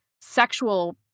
sexual